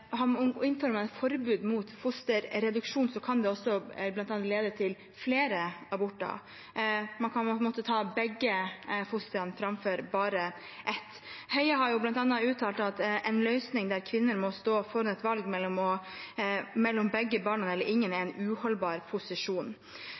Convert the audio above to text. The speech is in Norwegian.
et forbud mot fosterreduksjon, kan det bl.a. lede til flere aborter, man kan måtte ta begge fostrene istedenfor bare ett. Statsråd Høie har bl.a. uttalt at en løsning der kvinner må stå foran et valg mellom begge barna eller ingen, er